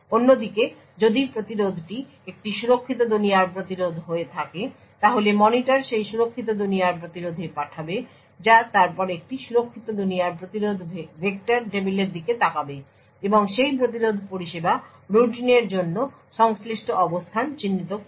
অন্যদিকে যদি প্রতিরোধটি একটি সুরক্ষিত দুনিয়ার প্রতিরোধ হয়ে থাকে তাহলে মনিটর সেই সুরক্ষিত দুনিয়ার প্রতিরোধে পাঠাবে যা তারপর একটি সুরক্ষিত দুনিয়ার প্রতিরোধ ভেক্টর টেবিলের দিকে তাকাবে এবং সেই প্রতিরোধ পরিষেবা রুটিনের জন্য সংশ্লিষ্ট অবস্থান চিহ্নিত করবে